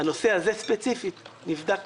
הנושא הזה ספציפית נבדק